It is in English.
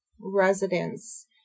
residents